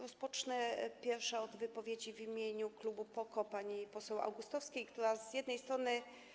Rozpocznę najpierw od wypowiedzi w imieniu klubu PO-KO pani poseł Augustowskiej, która z jednej strony.